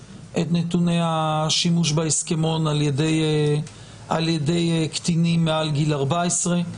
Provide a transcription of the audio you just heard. השימוש בהסכמון על ידי קטינים מעל גיל 14,